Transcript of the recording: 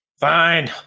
Fine